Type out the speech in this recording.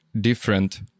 different